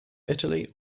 italy